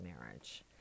marriage